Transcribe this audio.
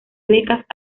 becas